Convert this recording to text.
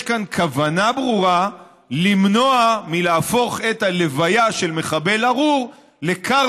יש פה כוונה ברורה למנוע מלהפוך את הלוויה של מחבל ארור לכר